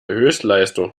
höchstleistung